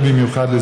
18 באוקטובר 2018,